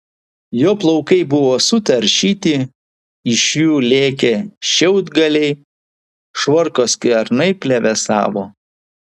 jo plaukai buvo sutaršyti iš jų lėkė šiaudgaliai švarko skvernai plevėsavo